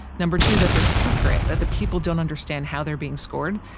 number two, that their secret, that the people don't understand how they're being scored.